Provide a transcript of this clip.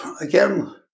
again